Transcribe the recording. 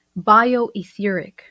bioetheric